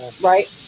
right